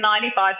95%